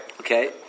Okay